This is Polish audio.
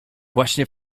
właśnie